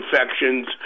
infections